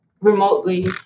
remotely